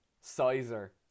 sizer